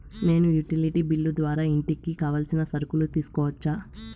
నేను utility bill ద్వారా ఇంటికి కావాల్సిన సరుకులు తీసుకోవచ్చా?